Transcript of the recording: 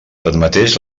tanmateix